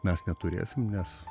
mes neturėsim nes